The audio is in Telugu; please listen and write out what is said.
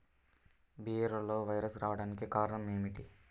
బీరలో వైరస్ రావడానికి కారణం ఏమిటి?